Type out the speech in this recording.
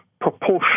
proportion